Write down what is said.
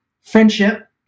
friendship